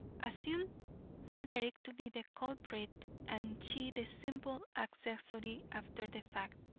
assume frederick to be the culprit and she the simple accessory after the fact,